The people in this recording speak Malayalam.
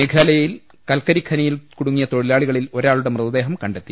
മേഘാലയയിൽ കൽക്കരി ഖനിയിൽ കുടുങ്ങിയ തൊഴിലാ ളികളിൽ ഒരാളുടെ മൃതദേഹം കണ്ടെത്തി